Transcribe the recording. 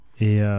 Et